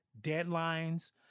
deadlines